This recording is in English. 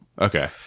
Okay